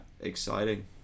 exciting